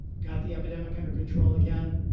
got the epidemic under control again.